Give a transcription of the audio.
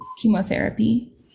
chemotherapy